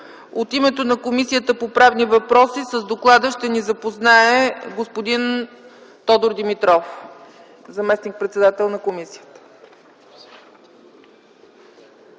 От името на Комисията по правни въпроси ще ни запознае господин Тодор Димитров – заместник-председател на комисията.